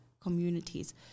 communities